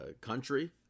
country